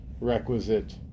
requisite